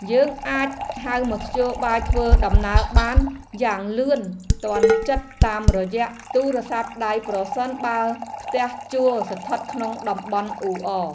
យើងអាចហៅមធ្យោបាយធ្វើដំណើរបានយ៉ាងលឿនទាន់ចិត្តតាមរយៈទូរស័ព្ទដៃប្រសិនបើផ្ទះជួលស្ថិតក្នុងតំបន់អ៊ូអរ។